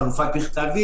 עוסקים בחלופת מכתבים,